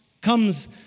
comes